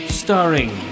starring